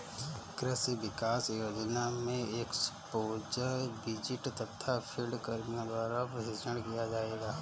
कृषि विकास योजना में एक्स्पोज़र विजिट तथा फील्ड कर्मियों द्वारा प्रशिक्षण किया जाएगा